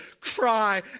cry